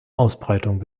ausbreitung